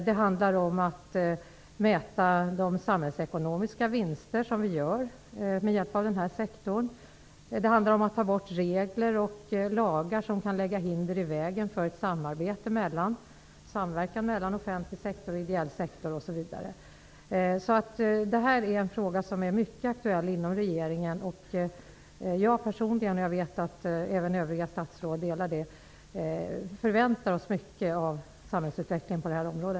Den skall vidare mäta de samhällsekonomiska vinster som vi gör med hjälp av denna sektor. Det handlar om att ta bort regler och lagar som kan lägga hinder i vägen för en samverkan mellan offentlig sektor och ideell sektor osv. Denna fråga är alltså mycket aktuell inom regeringen. Jag förväntar mig personligen mycket -- och jag vet att övriga statsråd delar den inställningen -- av samhällsutvecklingen på detta område.